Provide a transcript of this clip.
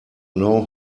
know